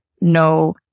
no